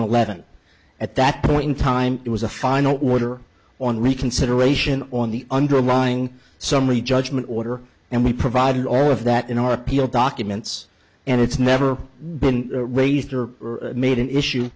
eleven at that point in time it was a final order on reconsideration on the underlying summary judgment order and we provided all of that in our appeal documents and it's never been raised or made an issue